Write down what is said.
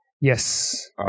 yes